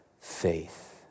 faith